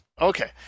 Okay